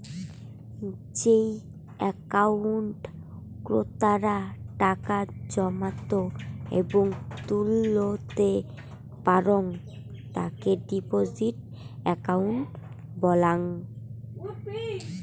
যেই একাউন্টে ক্রেতারা টাকা জমাত এবং তুলতে পারাং তাকে ডিপোজিট একাউন্ট বলাঙ্গ